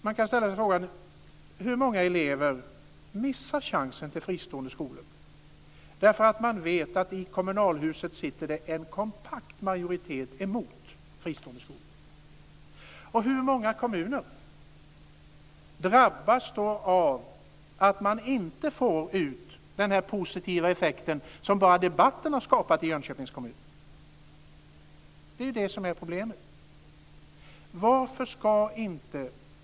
Man kan ställa sig frågan hur många elever som missar chansen att gå på en fristående skola därför att man vet att det i kommunalhuset sitter en kompakt majoritet som är emot fristående skolor. Hur många kommuner drabbas av att de inte får ut den positiva effekt som bara debatten har skapat i Jönköpings kommun? Det är det som är problemet.